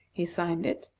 he signed it,